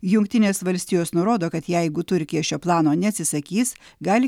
jungtinės valstijos nurodo kad jeigu turkija šio plano neatsisakys gali